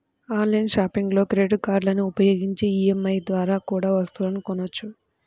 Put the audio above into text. online షాపింగ్లో credit కార్డులని ఉపయోగించి ఈ.ఎం.ఐ ద్వారా కూడా వస్తువులను కొనొచ్చు